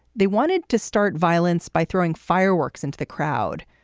they wanted to start violence by throwing fireworks into the crowd.